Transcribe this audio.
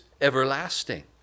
everlasting